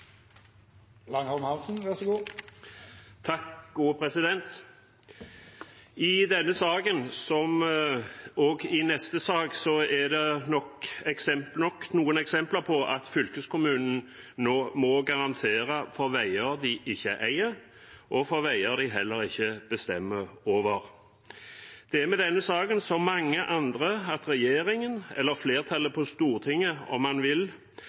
at fylkeskommunen må garantere for veier de ikke eier, og for veier de heller ikke bestemmer over. Det er med denne saken som med mange andre, at regjeringen – eller flertallet på Stortinget, om man vil